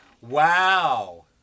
Wow